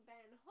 Ben